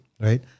right